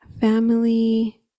family